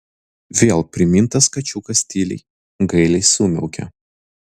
vėl primintas kačiukas tyliai gailiai sumiaukė